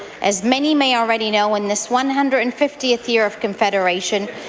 as many, many already know in this one hundred and fiftieth year of confederation,